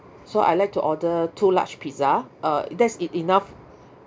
so I like to order two large pizza uh that's e~ enough